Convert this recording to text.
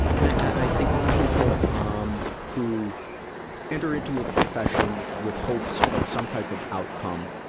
and, i, i think of people, um, who enter into a profession with hopes of some type of outcome,